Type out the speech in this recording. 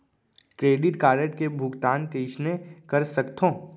Credit card के भुगतान कइसने कर सकथो?